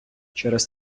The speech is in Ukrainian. через